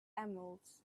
emeralds